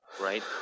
right